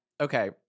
okay